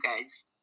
guys